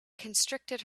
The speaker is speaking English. constricted